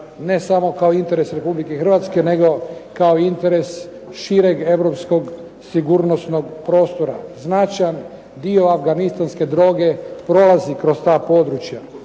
ne samo kao interes RH nego kao interes šireg europskog sigurnosnog prostora. Značajan dio afganistanske droge prolazi kroz ta područja.